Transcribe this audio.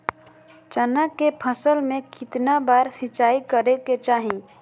चना के फसल में कितना बार सिंचाई करें के चाहि?